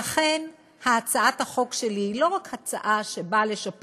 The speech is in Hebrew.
לכן, הצעת החוק שלי היא לא רק הצעה שנועדה לשפר